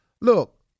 Look